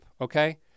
okay